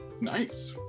Nice